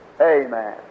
Amen